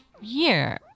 year